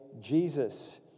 Jesus